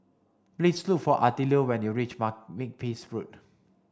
please look for Attilio when you reach Makepeace Road